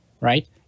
Right